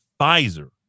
Pfizer